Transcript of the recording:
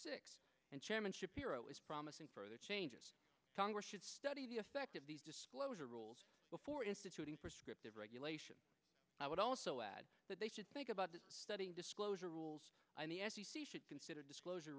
six and chairmanship zero is promising further changes congress should study the effect of these disclosure rules before instituting prescriptive regulation i would also add that they should think about this studying disclosure rules and the f c c should consider disclosure